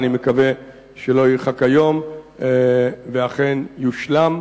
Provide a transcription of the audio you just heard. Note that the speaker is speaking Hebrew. ואני מקווה שלא ירחק היום ואכן יושלם